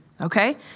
okay